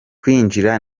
kwinjira